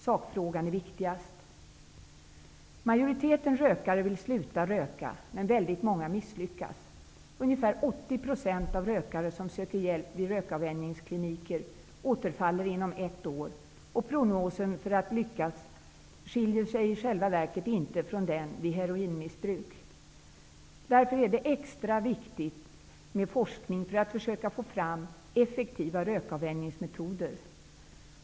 Sakfrågan är viktigast. Majoriteten av rökarna vill sluta röka, men väldigt många misslyckas. Ungefär 80 % av de rökare som söker hjälp vid rökavvänjningskliniker återfaller inom ett år, och prognosen för att lyckas skiljer sig i själva verket inte från prognosen vid heroinmissbruk. Därför är det extra viktigt med forskning för att försöka få fram effektiva rökavvänjningsmetoder.